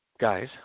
guys